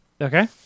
Okay